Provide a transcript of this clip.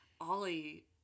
Ollie